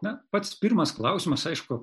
na pats pirmas klausimas aišku